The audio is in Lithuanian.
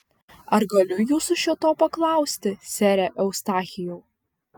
ar galiu jūsų šio to paklausti sere eustachijau